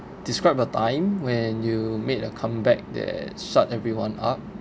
describe a time when you made a comeback that shut everyone up